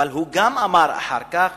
אבל הוא גם אמר אחר כך